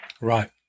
right